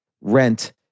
rent